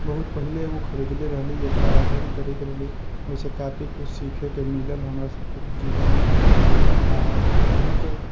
बहुत पहिले एगो खरीदले रहली जेकरा अध्ययन करैत रहली ओहिसँ काफी किछु सिखैके मिलल हमरा सभके जीवनमे आ बहुत